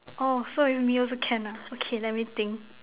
oh so is me also can ah okay let me think